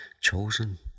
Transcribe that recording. chosen